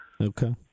Okay